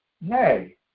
Nay